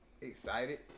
excited